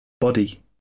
Body